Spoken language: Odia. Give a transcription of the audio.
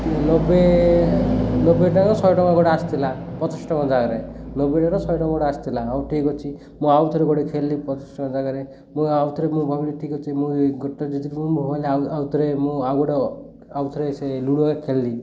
ନବେ ନବେ ଟାର ଶହେ ଟଙ୍କା ଗୋଟେ ଆସିଥିଲା ପଚାଶ ଟଙ୍କା ଜାଗାରେ ନବେଟା'ର ଶହେ ଟଙ୍କା ଗୋଟେ ଆସିଥିଲା ଆଉ ଠିକ୍ ଅଛି ମୁଁ ଆଉ ଥରେ ଗୋଟେ ଖେଳିଲି ପଚାଶ ଟଙ୍କା ଜାଗାରେ ମୁଁ ଆଉ ଥରେ ମୁଁ ଭାବିଲି ଠିକ୍ ଅଛି ମୁଁ ଗୋଟେ ଯେକି ମୁଁ ଆଉ ଥରେ ମୁଁ ଆଉ ଗୋଟେ ଆଉ ଥରେ ସେ ଲୁଡ଼ୁ ଏକା ଖେଳିଲି